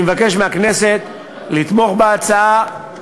אני מבקש מהכנסת לתמוך בהצעה,